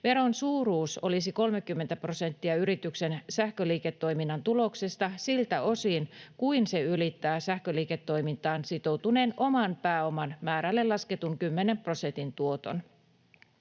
Veron suuruus olisi 30 prosenttia yrityksen sähköliiketoiminnan tuloksesta siltä osin kuin se ylittää sähköliiketoimintaan sitoutuneen oman pääoman määrälle lasketun kymmenen prosentin tuoton.